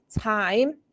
time